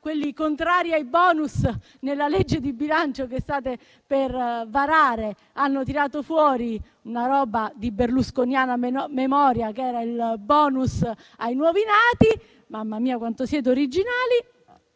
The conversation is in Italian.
Quelli contrari ai bonus nella legge di bilancio che state per varare hanno tirato fuori una cosa di berlusconiana memoria, il bonus ai nuovi nati: quanto siete originali!